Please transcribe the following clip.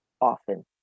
often